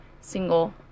single